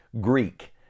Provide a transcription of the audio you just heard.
Greek